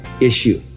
issue